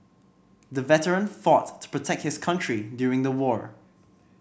the veteran fought to protect his country during the war